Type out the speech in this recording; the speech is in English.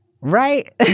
Right